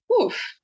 Oof